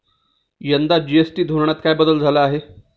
यंदा जी.एस.टी धोरणात काय बदल झाला आहे?